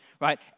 right